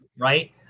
right